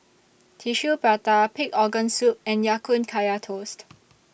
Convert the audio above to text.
Tissue Prata Pig Organ Soup and Ya Kun Kaya Toast